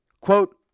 Quote